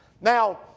Now